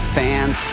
fans